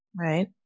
Right